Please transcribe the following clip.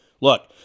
Look